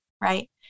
right